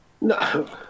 No